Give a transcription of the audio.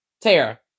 Tara